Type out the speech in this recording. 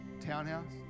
townhouse